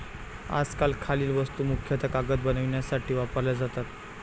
आजकाल खालील वस्तू मुख्यतः कागद बनवण्यासाठी वापरल्या जातात